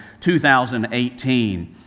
2018